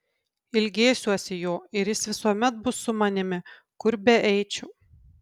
ilgėsiuosi jo ir jis visuomet bus su manimi kur beeičiau